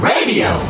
Radio